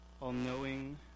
all-knowing